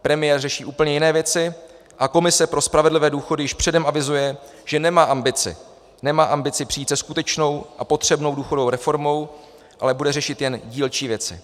Premiér řeší úplně jiné věci a komise pro spravedlivé důchody již předem avizuje, že nemá ambici přijít se skutečnou a potřebnou důchodovou reformou, ale bude řešit jen dílčí věci.